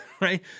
right